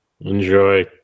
Enjoy